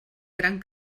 gran